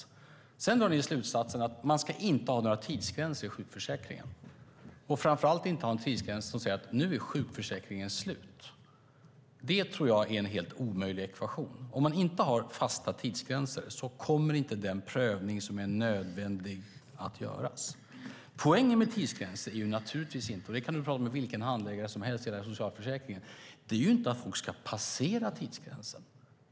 Men sedan drar ni slutsatsen att man inte ska ha några tidsgränser i sjukförsäkringen, framför allt inte en tidsgräns som säger att sjukförsäkringen är slut. Det tror jag är en helt omöjlig ekvation. Om man inte har fasta tidsgränser kommer inte den prövning som är nödvändig att göras. Poängen med tidsgränser är naturligtvis inte att folk ska passera dem. Det kan du prata med vilken handläggare som helst om när det gäller socialförsäkringen.